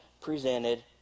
presented